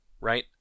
right